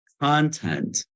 content